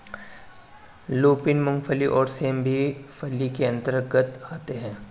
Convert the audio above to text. lupin, मूंगफली और सेम भी फली के अंतर्गत आते हैं